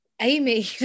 Amy